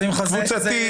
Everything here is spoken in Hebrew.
קבוצתי,